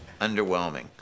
underwhelming